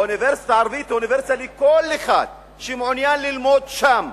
אוניברסיטה ערבית היא אוניברסיטה לכל אחד שמעוניין ללמוד שם,